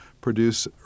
produce